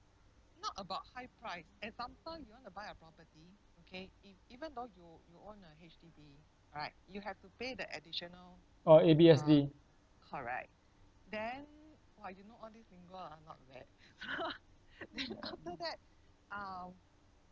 uh A_B_S_D